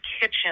kitchen